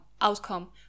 outcome